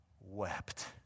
wept